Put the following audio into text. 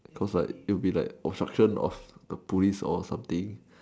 cause like it would be like obstruction of police or something